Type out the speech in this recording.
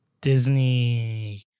Disney